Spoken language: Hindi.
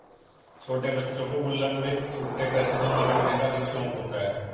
छोटे बच्चों को गुल्लक में छुट्टे पैसे जमा करने का अधिक शौक होता है